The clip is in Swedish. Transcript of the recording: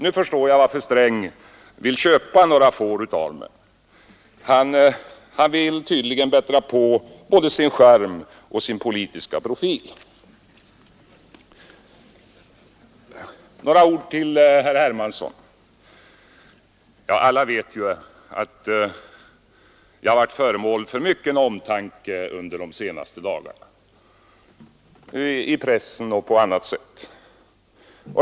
Nu förstår jag varför herr Sträng vill köpa några får av mig: han vill tydligen bättra på både sin charm och sin politiska profil! Några ord också till herr Hermansson. Alla vet ju att jag har varit föremål för mycken omtanke under de senaste dagarna — i pressen och på annat sätt.